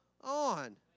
on